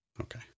okay